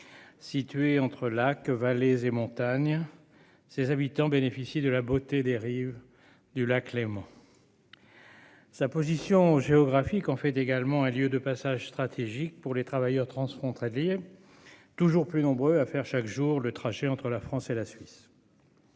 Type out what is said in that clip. Située entre la lac vallées et montagnes. Ses habitants bénéficient de la beauté des rives du lac Léman. Sa position géographique, on fait également un lieu de passage stratégique pour les travailleurs transfrontaliers. Toujours plus nombreux à faire chaque jour le trajet entre la France et la.